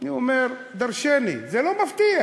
זה אומר דורשני, זה לא מפתיע,